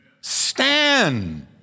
Stand